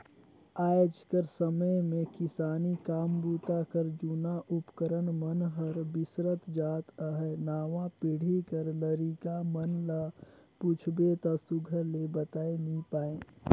आएज कर समे मे किसानी काम बूता कर जूना उपकरन मन हर बिसरत जात अहे नावा पीढ़ी कर लरिका मन ल पूछबे ता सुग्घर ले बताए नी पाए